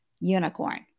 unicorn